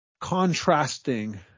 contrasting